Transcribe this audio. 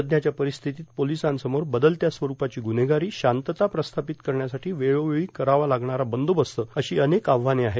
सध्याच्या र्पारस्थितीत पोर्वलसांसमोर बदलत्या स्वरूपाची गुन्हेगारी शांतता प्रस्थापत करण्यासाठी वेळोवेळी करावा लागणारा बंदोबस्त अशी अनेक आव्हाने आहेत